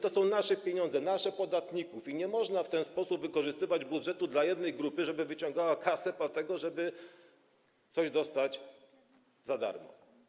To są nasze pieniądze, nasze, podatników, i nie można w ten sposób wykorzystywać budżetu dla jednej grupy - żeby wyciągała kasę, żeby coś dostawała „za darmo”